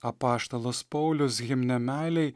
apaštalas paulius himne meilei